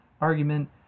argument